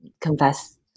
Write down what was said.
confess